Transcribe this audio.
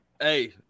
Hey